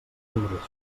engreixa